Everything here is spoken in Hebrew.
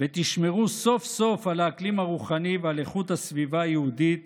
ותשמרו סוף-סוף על האקלים הרוחני ועל איכות הסביבה היהודית